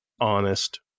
honest